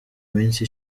minsi